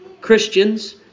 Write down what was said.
Christians